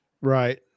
right